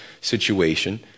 situation